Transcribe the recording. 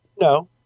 No